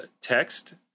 text